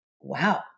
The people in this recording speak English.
Wow